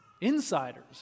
insiders